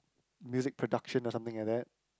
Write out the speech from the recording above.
music production or something like that